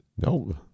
No